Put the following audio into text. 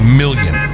million